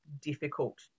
difficult